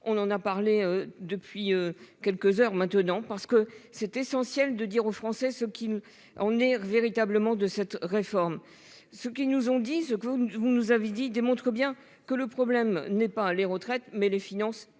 on en a parlé depuis quelques heures maintenant parce que c'est essentiel de dire aux Français ce qui on est véritablement de cette réforme, ce qui nous ont dit ce que vous vous nous avez dit démontre bien que le problème n'est pas les retraites, mais les finances